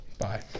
Bye